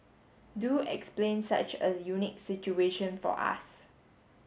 do explain such a unique situation for us